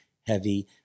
heavy